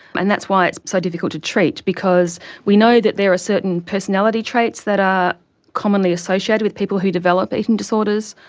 and that's why it is so difficult to treat because we know that there are certain personality traits that are commonly associated with people who develop eating disorders,